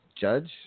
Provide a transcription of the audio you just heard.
judge